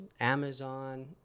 Amazon